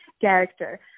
character